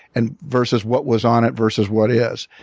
and versus what was on it, versus what it is,